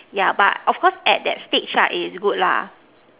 yeah but of course at that stage lah it is good lah